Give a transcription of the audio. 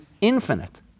infinite